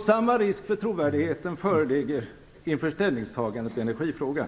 Samma risk för trovärdigheten föreligger inför ställningstagandet i energifrågan.